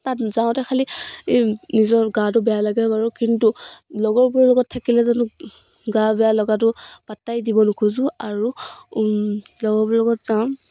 তাত যাওঁতে খালী নিজৰ গাটো বেয়া লাগে বাৰু কিন্তু লগৰবোৰৰ লগত থাকিলে জানো গা বেয়া লগাটো পাত্তাই দিব নোখোজো আৰু লগৰবোৰৰ লগত যাওঁ